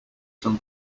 some